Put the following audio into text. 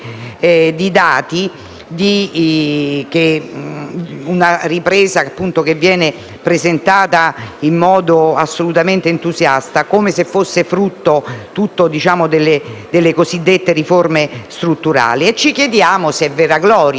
di dati. La ripresa viene presentata con assoluto entusiasmo, come se fosse interamente frutto delle cosiddette riforme strutturali. Ci chiediamo se è vera gloria.